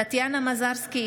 טטיאנה מזרסקי,